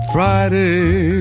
Friday